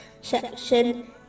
section